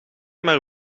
maar